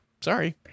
Sorry